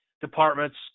departments